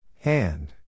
Hand